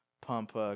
pump